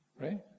right